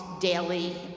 daily